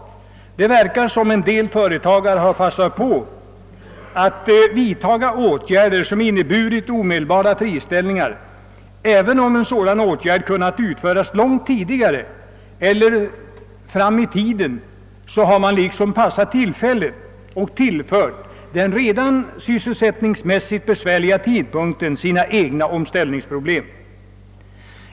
Det verkar dock som om en del företagare passat på att genomföra omedelbara friställningar — även om åtgärderna kunnat vidtas långt tidigare eller längre fram i tiden har man liksom passat tillfället att förlägga sina egna omställningsproblem till en sysselsättningsmässigt redan besvärlig tidpunkt.